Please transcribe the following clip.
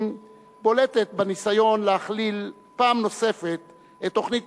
בולטת בניסיון להכליל פעם נוספת את תוכנית